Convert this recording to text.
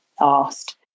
asked